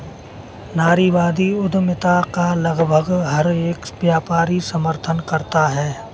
नारीवादी उद्यमिता का लगभग हर एक व्यापारी समर्थन करता है